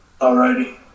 Alrighty